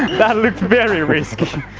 that looked very risky!